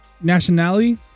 nationality